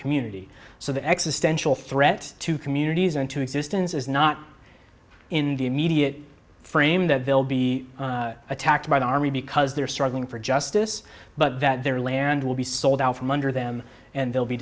community so the existential threat to communities into existence is not in the immediate frame that they'll be attacked by the army because they're struggling for justice but that their land will be sold out from under them and they'll be